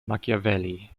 machiavelli